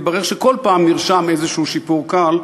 מתברר שכל פעם נרשם איזשהו שיפור קל,